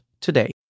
today